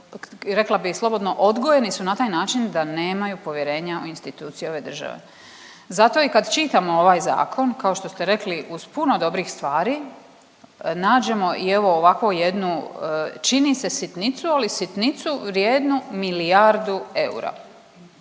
rekla bi slobodno odgojeni su na taj način da nemaju povjerenja u institucije ove države. Zato i kad čitamo ovaj zakon kao što ste rekli uz puno dobrih stvari nađemo i evo ovakvu jednu čini se sitnicu, ali sitnicu vrijednu milijardu eura.